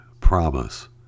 Promise